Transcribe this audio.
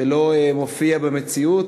שלא מופיע במציאות.